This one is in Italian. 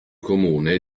comune